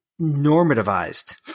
normativized